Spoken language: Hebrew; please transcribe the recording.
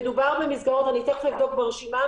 אני תכף אבדוק ברשימה.